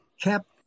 kept